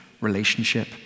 relationship